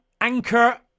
Anchor